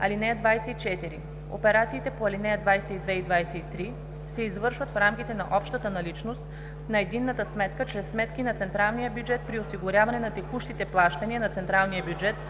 „(24) Операциите по ал. 22 и 23 се извършват в рамките на общата наличност на единната сметка чрез сметки на централния бюджет при осигуряване на текущите плащания на централния бюджет